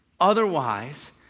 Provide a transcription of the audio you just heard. Otherwise